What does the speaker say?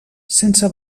sense